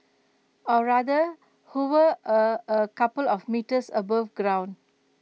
or rather hover A a couple of metres above ground